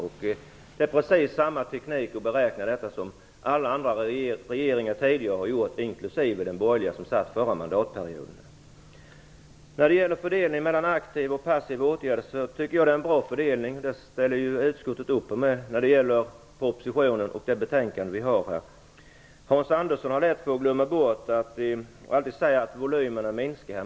Regeringen använder precis samma teknik för att beräkna detta som alla andra tidigare regeringar har gjort - inklusive den borgerliga, som satt förra mandatperioden. Jag tycker att fördelningen mellan aktiva och passiva åtgärder är bra. Utskottet ställer upp på propositionen i betänkandet. Hans Andersson har lätt för att glömma bort och säger att volymerna minskar.